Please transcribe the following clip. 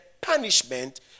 punishment